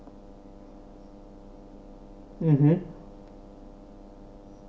mmhmm